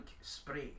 spray